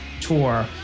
tour